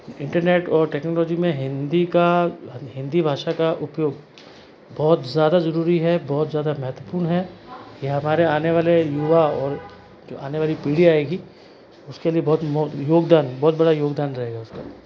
internet और technology में हिंदी का हिंदी भाषा का उपयोग बहुत ज़्यादा ज़रुरी है बहुत ज़्यादा महत्वपूर्ण है यह हमारे आने वाले युवा और जो आने वाली पीढ़ी आएगी उसके लिए बहुत योगदान बहुत बड़ा योगदान रहेगा उसका